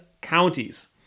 counties